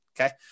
Okay